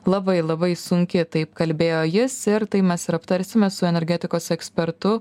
labai labai sunki taip kalbėjo jis ir tai mes ir aptarsime su energetikos ekspertu